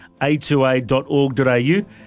a2a.org.au